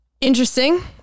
Interesting